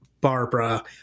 Barbara